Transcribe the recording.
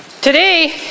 today